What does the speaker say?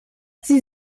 sie